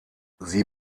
sie